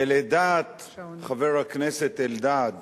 ולדעת חבר הכנסת אלדד